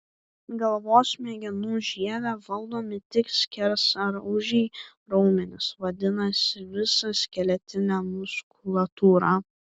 galvos smegenų žieve valdomi tik skersaruožiai raumenys vadinasi visa skeletinė muskulatūra